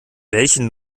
welchen